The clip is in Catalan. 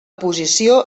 posició